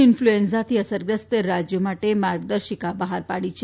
ઇન્ફલુએન્ઝાથી અસરગ્રસ્ત રાજયો માટે માર્ગદર્શિકા બહાર પાડી છે